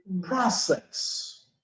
process